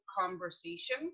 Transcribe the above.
conversation